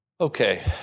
Okay